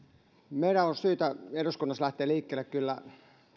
meidän on syytä eduskunnassa lähteä liikkeelle kyllä